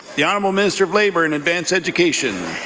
the honourable minister of labour and advanced education.